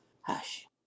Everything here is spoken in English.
hush